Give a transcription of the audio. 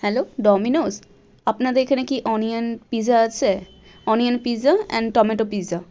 hello Domino's আপনাদের এখানে কি অনিওন পিৎজা আছে onion pizza and tomato pizza